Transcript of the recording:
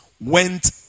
went